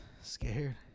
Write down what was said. scared